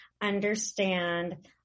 understand